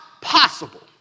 possible